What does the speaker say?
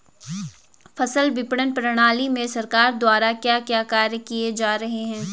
फसल विपणन प्रणाली में सरकार द्वारा क्या क्या कार्य किए जा रहे हैं?